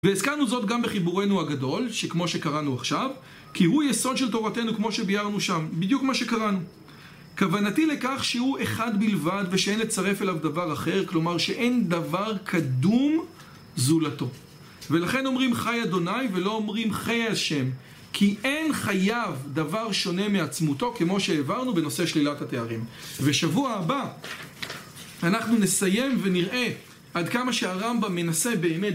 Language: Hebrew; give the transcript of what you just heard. ועסקנו זאת גם בחיבורנו הגדול, שכמו שקראנו עכשיו, כי הוא יסוד של תורתנו כמו שביארנו שם, בדיוק מה שקראנו. כוונתי לכך שהוא אחד בלבד ושאין לצרף אליו דבר אחר, כלומר שאין דבר קדום זולתו. ולכן אומרים חי אדוני ולא אומרים חי ה' כי אין חייו דבר שונה מעצמותו כמו שהעברנו בנושא שלילת התארים. ושבוע הבא, אנחנו נסיים ונראה עד כמה שהרמב״ם מנסה באמת.